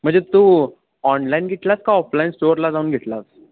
म्हणजे तू ऑनलाईन घेतलास का ऑफलाईन स्टोअरला जाऊन घेतलास